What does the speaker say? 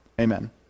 amen